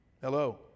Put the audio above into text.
hello